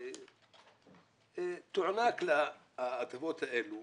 יוענקו לה ההטבות האלה